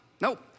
nope